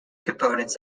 components